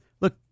Look